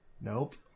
Nope